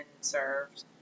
served